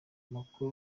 amakuru